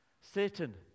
Satan